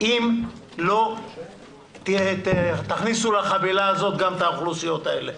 אם לא תכניסו לחבילה הזאת גם את האוכלוסיות האלה.